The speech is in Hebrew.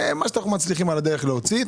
ומה שמצליחים על הדרך להוציא.